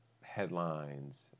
headlines